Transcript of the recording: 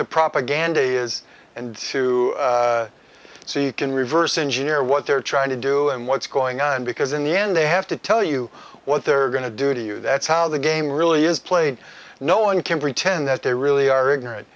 the propaganda is and to so you can reverse engineer what they're trying to do and what's going on because in the end they have to tell you what they're going to do to you that's how the game really is played no one can pretend that they really are ignorant